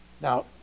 Now